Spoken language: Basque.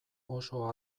oso